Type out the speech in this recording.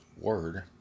word